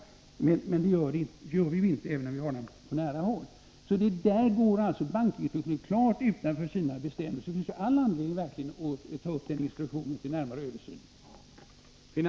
Men det gör vi ju inte, även om vi har en på nära håll. Bankinspektionen går alltså här klart utanför sina bestämmelser. Det finns verkligen all anledning att ta upp instruktionen till närmare översyn.